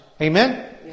Amen